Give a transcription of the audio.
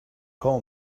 call